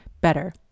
better